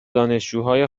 دانشجوهای